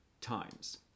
times